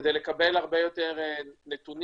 כדי לקבל הרבה יותר נתונים,